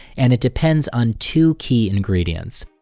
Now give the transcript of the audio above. and it depends on two key ingredients.